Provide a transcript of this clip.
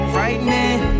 Frightening